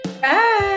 Bye